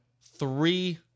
three